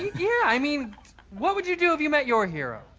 yeah i mean what would you do if you met your hero.